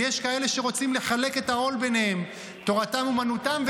ויש כאלה שרוצים לחלק את העול ביניהם: תורתם אומנותם,